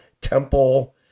temple